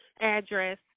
address